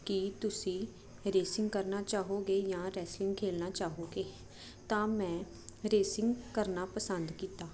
ਕੀ ਤੁਸੀਂ ਰੇਸਿੰਗ ਕਰਨਾ ਚਾਹੋਗੇ ਜਾਂ ਰੈਸਲਿੰਗ ਖੇਲਣਾ ਚਾਹੋਗੇ ਤਾਂ ਮੈਂ ਰੇਸਿੰਗ ਕਰਨਾ ਪਸੰਦ ਕੀਤਾ